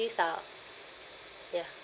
these are ya